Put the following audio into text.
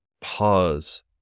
pause